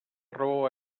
raó